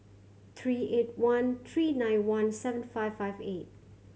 three eight one three nine one seven five five eight